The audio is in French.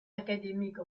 académique